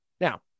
Now